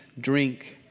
drink